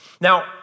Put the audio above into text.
Now